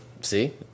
see